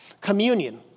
Communion